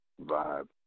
vibe